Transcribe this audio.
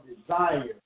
desire